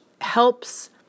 helps